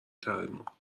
تحریمها